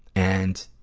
and